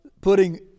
putting